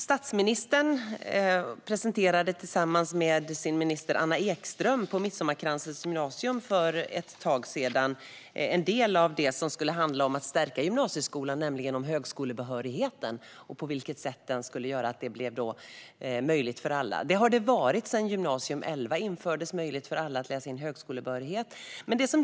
Statsministern presenterade tillsammans med sin minister Anna Ekström på Midsommarkransens gymnasium för ett tag sedan en del av de förslag som skulle stärka gymnasieskolan, närmare bestämt det som gäller högskolebehörigheten. Sedan Gymnasium 11 infördes har det varit möjligt för alla att läsa in högskolebehörighet.